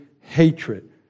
hatred